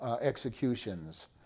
executions